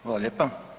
Hvala lijepa.